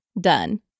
done